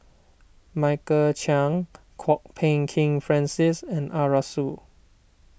Michael Chiang Kwok Peng Kin Francis and Arasu